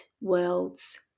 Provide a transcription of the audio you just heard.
worlds